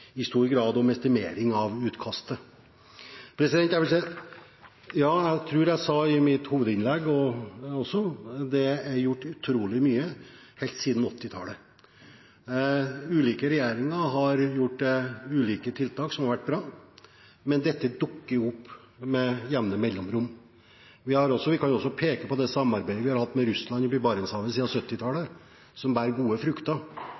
i stor grad om estimering av utkastet. Som jeg tror jeg også sa i mitt hovedinnlegg, er det gjort utrolig mye helt siden 1980-tallet. Ulike regjeringer har iverksatt ulike tiltak som har vært bra, men dette dukker opp med jevne mellomrom. Vi kan også peke på det samarbeidet vi har hatt med Russland oppe i Barentshavet siden 1970-tallet, som bærer gode frukter.